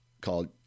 called